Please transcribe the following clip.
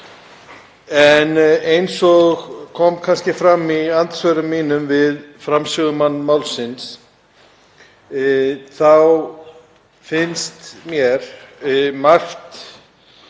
en eins og kom fram í andsvörum mínum við framsögumann málsins þá finnst mér margt